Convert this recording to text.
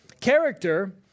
character